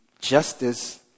justice